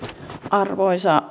arvoisa